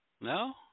No